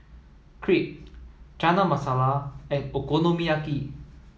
Crepe Chana Masala and Okonomiyaki